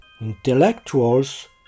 Intellectuals